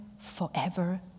forever